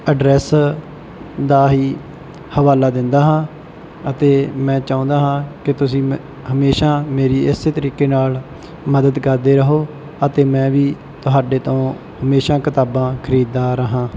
address ਦਾ ਹੀ ਹਵਾਲਾ ਦਿੰਦਾ ਹਾਂ ਅਤੇ ਮੈਂ ਚਾਹੁੰਦਾ ਹਾਂ ਕਿ ਤੁਸੀਂ ਮੈਂ ਹਮੇਸ਼ਾ ਮੇਰੀ ਇਸ ਤਰੀਕੇ ਨਾਲ ਮਦਦ ਕਰਦੇ ਰਹੋ ਅਤੇ ਮੈਂ ਵੀ ਤੁਹਾਡੇ ਤੋਂ ਹਮੇਸ਼ਾ ਕਿਤਾਬਾਂ ਖਰੀਦਦਾ ਰਹਾਂ